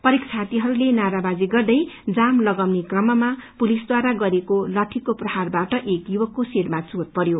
परीक्षार्थीहरूले नाराबाजी गर्दै जाम लगाउने कममा पुलिसद्वारा गरिएको लठीको प्रहारबाट एक युवकको सिरमा चोट पर्यो